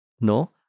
no